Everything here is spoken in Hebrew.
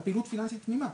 על פעילות פיננסית תמימה.